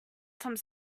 some